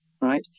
right